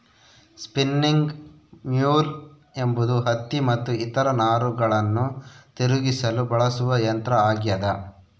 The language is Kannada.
ಸ್ಪಿನ್ನಿಂಗ್ ಮ್ಯೂಲ್ ಎಂಬುದು ಹತ್ತಿ ಮತ್ತು ಇತರ ನಾರುಗಳನ್ನು ತಿರುಗಿಸಲು ಬಳಸುವ ಯಂತ್ರ ಆಗ್ಯದ